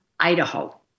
Idaho